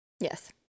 Yes